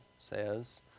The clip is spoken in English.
says